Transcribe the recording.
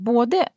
Både